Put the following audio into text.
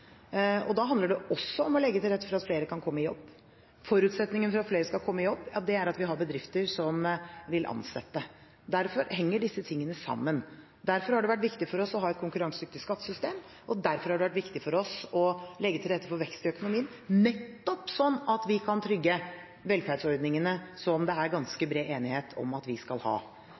Da handler det også om å legge til rette for at flere kan komme i jobb. Forutsetningen for at flere skal komme i jobb, er at vi har bedrifter som vil ansette. Derfor henger disse tingene sammen. Derfor har det vært viktig for oss å ha et konkurransedyktig skattesystem, og derfor har det vært viktig for oss å legge til rette for vekst i økonomien – nettopp slik at vi kan trygge velferdsordningene, som det er ganske bred enighet om at vi skal ha.